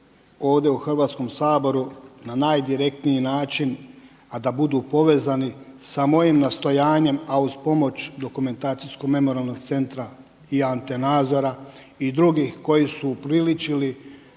ovdje u Hrvatskom saboru na najdirektniji način, a da budu povezani sa mojim nastojanjem, a uz pomoć Dokumentacijsko-memoralnog centra i Ante Nazora i drugih koji su upriličili